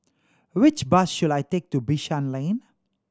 which bus should I take to Bishan Lane